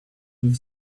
with